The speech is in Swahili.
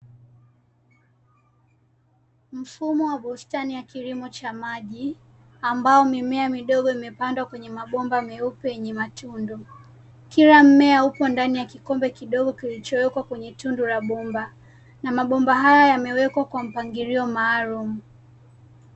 Mfumo wa bustani ya kilimo cha maji ambao mimea midogo imepandwa kwenye mabomba meupe yenye matundu, kila mmea upo ndani ya kikombe kidogo kilichowekwa kwenye tundu la bomba, na mabomba haya yamewekwa kwa mpangilio maalumu.